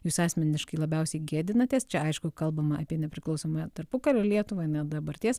jūs asmeniškai labiausiai gėdinatės čia aišku kalbama apie nepriklausomą tarpukario lietuvą ne dabarties